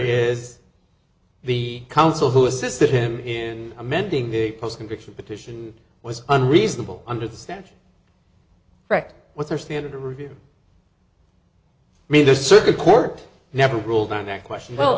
is the counsel who assisted him in amending the post conviction petition was unreasonable understand what their standard to review made the circuit court never ruled on that question well